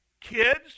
Kids